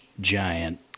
giant